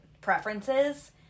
preferences